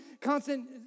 constant